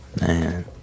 Man